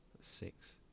six